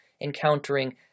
encountering